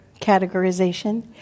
categorization